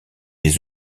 des